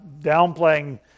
downplaying